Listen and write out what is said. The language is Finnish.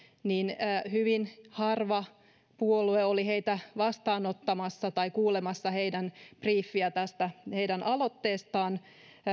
niin hyvin harva puolue oli heitä vastaanottamassa tai kuulemassa heidän briiffiään tästä heidän aloitteestaan